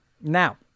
Now